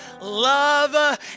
love